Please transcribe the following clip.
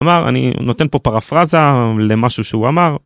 אמר, אני נותן פה פרפרזה למשהו שהוא אמר.